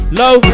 low